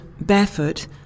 barefoot